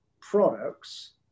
products